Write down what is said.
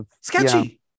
Sketchy